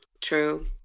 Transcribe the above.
true